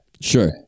Sure